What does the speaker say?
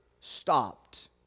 stopped